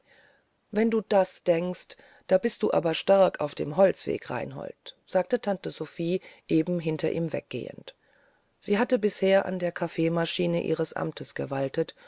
wenn du das denkst da bist du aber stark auf dem holzwege reinhold sagte tante sophie eben hinter ihm weggehend sie hatte bisher an der kaffeemaschine ihres amtes gewaltet